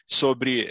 sobre